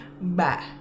Bye